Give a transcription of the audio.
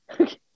Okay